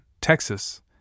Texas